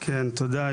תודה.